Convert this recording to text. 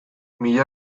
mila